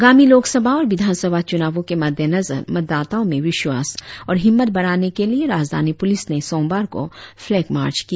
आगामी लोकसभा और विधानसभा चूनावों के मद्देनजर मतदाताओं में विश्वास और हिम्मत बढ़ाने के लिए राजधानी पुलिस ने सोमवार को फ्लैगमार्च किया